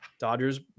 Dodgers